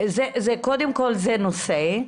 קודם כל, זה נושא.